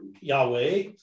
Yahweh